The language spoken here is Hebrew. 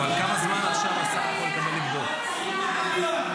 אבל כמה זמן השר יכול לקבל בשביל לבדוק?